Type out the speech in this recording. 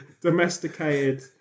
domesticated